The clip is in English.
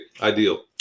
Ideal